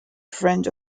friend